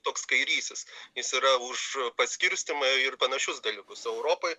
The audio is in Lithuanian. toks kairysis jis yra už paskirstymą ir panašius dalykus europoj